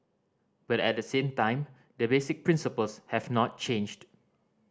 but at the same time the basic principles have not changed